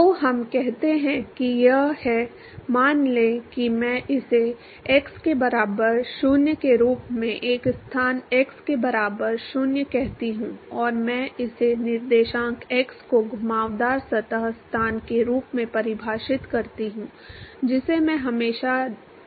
तो हम कहते हैं कि यह है मान लें कि मैं इसे x के बराबर 0 के रूप में एक स्थान x के बराबर 0 कहता हूं और मैं अपने निर्देशांक x को घुमावदार सतह स्थान के रूप में परिभाषित करता हूं जिसे मैं हमेशा दे सकता हूं